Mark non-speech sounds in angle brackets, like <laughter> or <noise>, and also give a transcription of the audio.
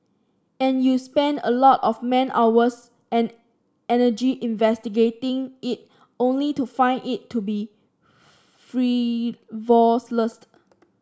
and you spend a lot of man hours and energy investigating it only to find it to be <unintelligible>